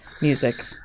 music